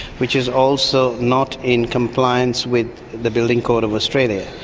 which is also not in compliance with the building code of australia,